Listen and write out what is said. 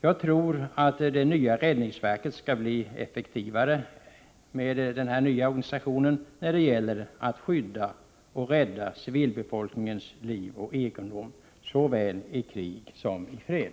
Jag tror att det nya räddningsverket skall bli effektivare med denna nya organisation när det gäller att skydda och rädda civilbefolkningens liv och egendom såväl i krig som i fred.